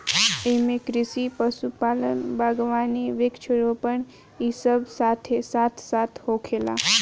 एइमे कृषि, पशुपालन, बगावानी, वृक्षा रोपण इ सब साथे साथ होखेला